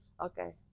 Okay